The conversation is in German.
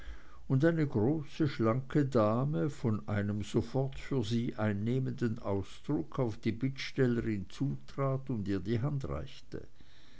und eine große schlanke dame von einem sofort für sie einnehmenden ausdruck auf die bittstellerin zutrat und ihr die hand reichte